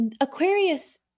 Aquarius